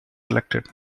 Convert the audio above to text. elected